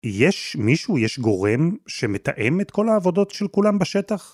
יש מישהו, יש גורם שמתאם את כל העבודות של כולם בשטח?